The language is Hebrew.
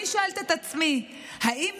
אני שואלת את עצמי, האם